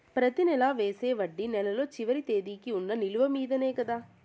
ప్రతి నెల వేసే వడ్డీ నెలలో చివరి తేదీకి వున్న నిలువ మీదనే కదా?